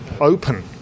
open